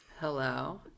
hello